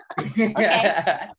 Okay